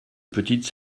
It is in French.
petite